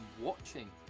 watching